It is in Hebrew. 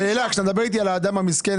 כשאתה מדבר איתי על האדם המסכן,